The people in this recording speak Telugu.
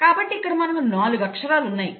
కాబట్టి ఇక్కడ మనకు నాలుగు అక్షరాలు ఉన్నాయి